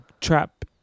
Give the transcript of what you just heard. trap